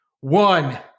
One